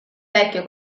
vecchio